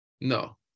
No